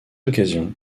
occasion